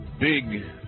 big